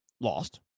lost